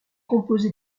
composé